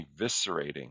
eviscerating